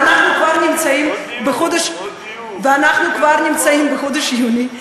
ואנחנו כבר בחודש יולי,